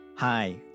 Hi